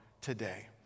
today